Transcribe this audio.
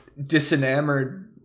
disenamored